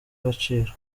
agaciro